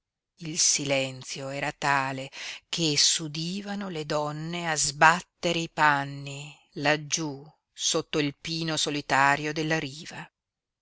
il silenzio era tale che s'udivano le donne a sbattere i panni laggiú sotto il pino solitario della riva